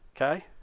Okay